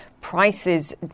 prices